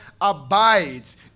abides